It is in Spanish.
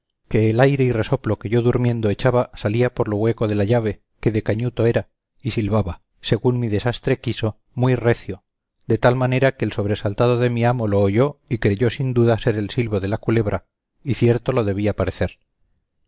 que el aire y resoplo que yo durmiendo echaba salía por lo hueco de la llave que de cañuto era y silbaba según mi desastre quiso muy recio de tal manera que el sobresaltado de mi amo lo oyó y creyó sin duda ser el silbo de la culebra y cierto lo debía parecer